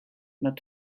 not